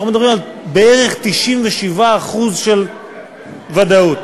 אנחנו מדברים בערך על 97% ודאות.